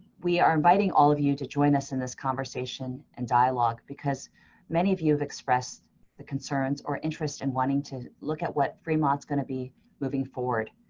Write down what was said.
we are inviting all of you to join us in this conversation and dialogue because many of you have expressed the concerns or interest in wanting to look at what fremont's gonna be moving forward.